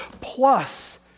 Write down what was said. plus